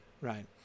Right